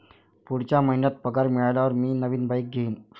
पुढच्या महिन्यात पगार मिळाल्यावर मी नवीन बाईक घेईन